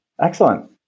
Excellent